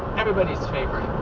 everybody's favorite.